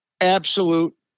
absolute